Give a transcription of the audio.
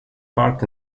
park